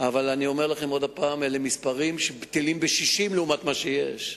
אבל אני אומר לכם עוד הפעם: אלה מספרים שהם בטלים בשישים לעומת מה שיש.